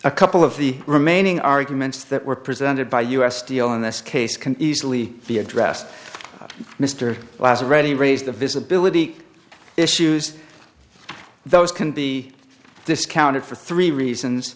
a couple of the remaining arguments that were presented by us deal in this case can easily be addressed mr last already raised the visibility issues those can be discounted for three reasons